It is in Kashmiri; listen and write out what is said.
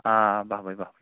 آ بَہہ بَے بَہہ فُچہِ